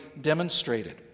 demonstrated